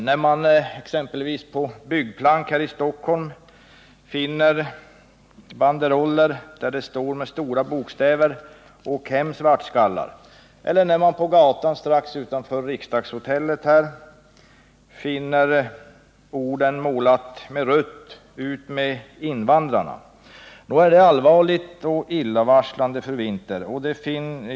När man exempelvis på byggplank här i Stockholm finner banderoller där det står med stora bokstäver: ”Åk hem svartskallar!” eller när man på gatan strax utanför riksdagshotellet finner orden målade med rött: ”Ut med invandrarna!” så är det allvarligt och illavarslande för Eva Winther.